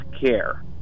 care